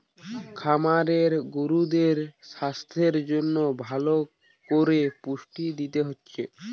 খামারে গরুদের সাস্থের জন্যে ভালো কোরে পুষ্টি দিতে হচ্ছে